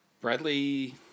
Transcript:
Bradley